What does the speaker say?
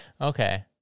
Okay